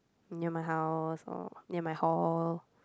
near my house or near my hall